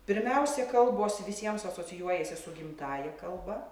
pirmiausia kalbos visiems asocijuojasi su gimtąja kalba